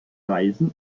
reisen